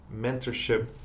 mentorship